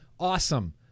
Awesome